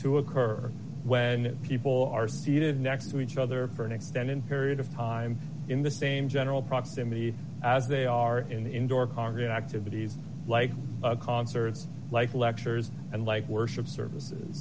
to occur when people are seated next to each other for an extended period of time in the same general proximity as they are in the indoor activities like concerts like lectures and like worship services